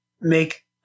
make –